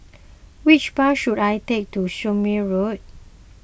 which bus should I take to Surin Road